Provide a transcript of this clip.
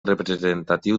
representatiu